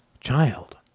child